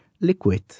liquid